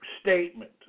statement